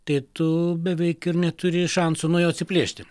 tai tu beveik ir neturi šansų nuo jo atsiplėšti